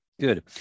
good